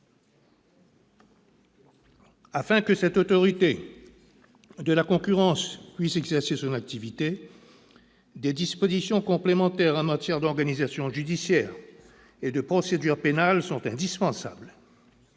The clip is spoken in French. Afin que cette autorité de la concurrence puisse exercer son activité, des dispositions complémentaires en matière d'organisation judiciaire et de procédure pénale sont indispensables.